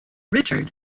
richard